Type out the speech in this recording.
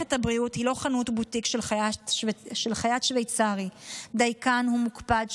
מערכת הבריאות היא לא חנות בוטיק של חייט שווייצרי דייקן ומוקפד,